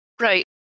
Right